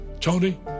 Tony